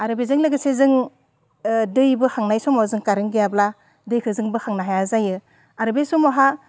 आरो बेजों लोगोसे जों दै बोखांनाय समाव जों कारेन्ट गैयाब्ला दैखो जों बोखांनो हाया जायो आरो बे समावहा